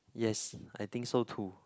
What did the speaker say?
yes I think so too